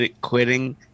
quitting